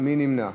ומי נמנע?